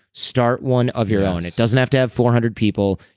start one of your own. it doesn't have to have four hundred people.